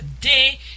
day